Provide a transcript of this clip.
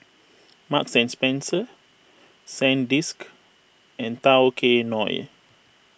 Marks and Spencer Sandisk and Tao Kae Noi